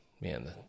man